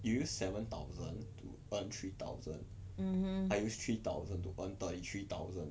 mmhmm